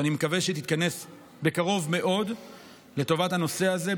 שאני מקווה שהיא תתכנס בקרוב מאוד לטובת הנושא הזה,